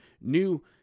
new